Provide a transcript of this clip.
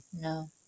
no